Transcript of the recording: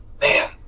man